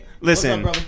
listen